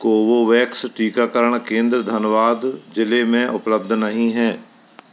Covovax टीकाकरण केंद्र धनबाद ज़िले में उपलब्ध नहीं हैं